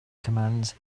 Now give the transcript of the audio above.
commands